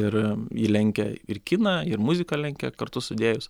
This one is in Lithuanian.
ir ji lenkia ir kiną ir muziką lenkia kartu sudėjus